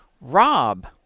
Rob